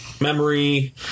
memory